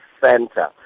center